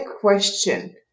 question